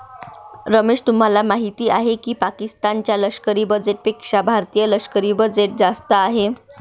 रमेश तुम्हाला माहिती आहे की पाकिस्तान च्या लष्करी बजेटपेक्षा भारतीय लष्करी बजेट जास्त आहे